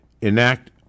enact